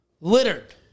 littered